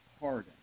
pardon